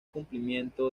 cumplimiento